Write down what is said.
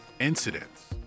incidents